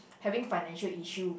having financial issue